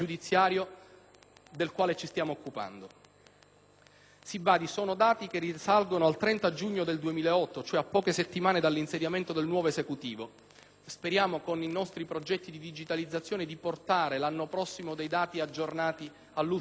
del quale ci stiamo occupando. Si badi, sono dati che risalgono al 30 giugno 2008, dunque a poche settimane dall'insediamento del nuovo Esecutivo. Speriamo, con la realizzazione dei nostri progetti di digitalizzazione, di poter portare il prossimo anno dati aggiornati all'ultima settimana.